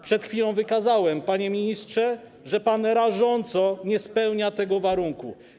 Przed chwilą wykazałem, panie ministrze, że pan rażąco nie spełnia tego warunku.